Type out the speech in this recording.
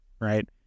right